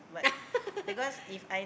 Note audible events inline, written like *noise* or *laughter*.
*laughs*